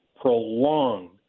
prolonged